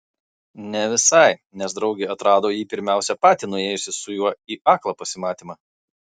ne visai nes draugė atrado jį pirmiausia pati nuėjusi su juo į aklą pasimatymą